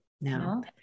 No